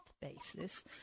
basis